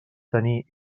tenir